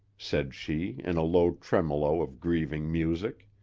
said she in a low tremolo of grieving music.